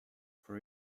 for